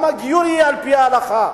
גם הגיור יהיה על-פי ההלכה,